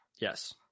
Yes